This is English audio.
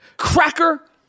cracker